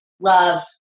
love